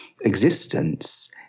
existence